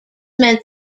meant